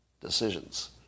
decisions